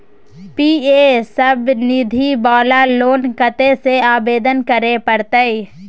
PM Svanidhi वाला loan कत्ते से आवेदन करे परतै?